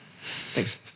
Thanks